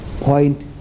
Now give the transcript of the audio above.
point